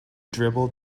dribbled